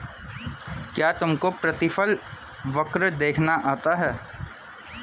क्या तुमको प्रतिफल वक्र देखना आता है?